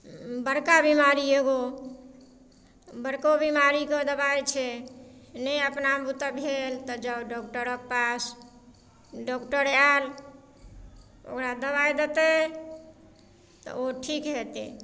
बड़का बीमारी एगो बड़को बीमारीके दबाइ छै नहि अपना बुते भेल तऽ जाउ डॉक्टरक पास डॉक्टर आयल ओकरा दबाइ देतै तऽ ओ ठीक हेतै